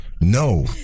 No